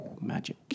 Magic